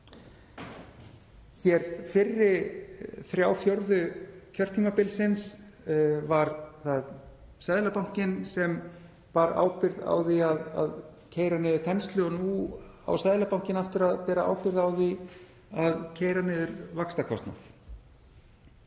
Fyrri þrjá fjórðu hluta kjörtímabilsins var það Seðlabankinn sem bar ábyrgð á því að keyra niður þenslu og nú á Seðlabankinn aftur að bera ábyrgð á því að keyra niður vaxtakostnað.